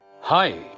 Hi